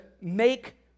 make